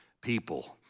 people